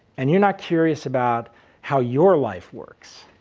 and you're not curious about how your life works,